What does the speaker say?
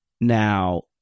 now